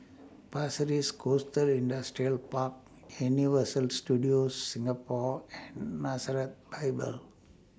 Pasir Ris Coast Industrial Park Universal Studios Singapore and Nazareth Bible